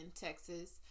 Texas